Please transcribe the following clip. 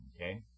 okay